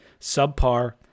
subpar